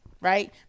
Right